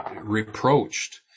reproached